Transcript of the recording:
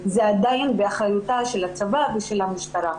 זה עדין באחריותם של הצבא ושל המשטרה.